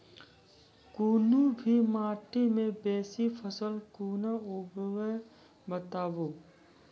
कूनू भी माटि मे बेसी फसल कूना उगैबै, बताबू?